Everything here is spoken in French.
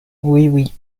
oui